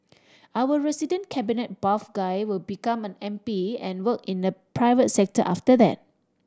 our resident cabinet buff guy will become an M P and work in the private sector after that